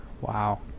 Wow